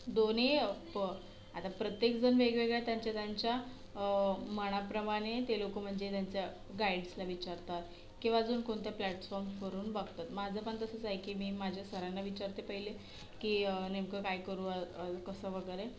दोन्ही प आता प्रत्येक जण वेगवेगळ्या त्यांच्या त्यांच्या मनाप्रमाणे ते लोकं म्हणजे त्यांच्या गाईड्सला विचारतात किंवा अजून कोणत्या प्लेट्सफॉर्मवरून बघतात माझं पण तसंच आहे की मी माझ्या सरांना विचारते पहिले की नेमकं काय करू कसं वगैरे